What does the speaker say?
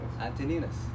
Antoninus